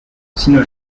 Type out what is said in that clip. sino